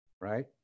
right